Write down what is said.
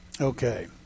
Okay